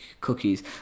cookies